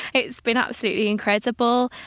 it's been absolutely incredible.